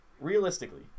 realistically